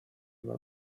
его